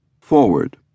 FORWARD